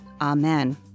Amen